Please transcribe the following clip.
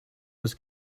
was